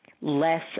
less